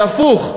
והפוך,